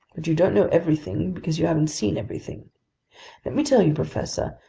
but you don't know everything because you haven't seen everything. let me tell you, professor,